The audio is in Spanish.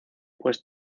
pues